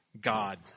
God